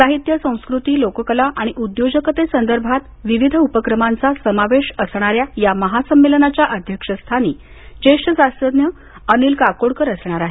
साहित्य संस्कृती लोककला आणि उद्योजकते संदर्भात विविध उपक्रमांचा समावेश असणाऱ्या या महासंमेलनाच्या अध्यक्षस्थानी ज्येष्ठ शास्त्रज्ञ अनिल काकोडकर असणार आहेत